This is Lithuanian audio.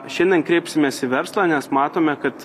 šiandien kreipsimės į verslą nes matome kad